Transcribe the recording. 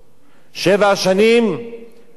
שבע שנים של רעב.